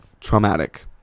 Traumatic